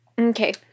Okay